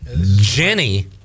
jenny